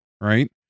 Right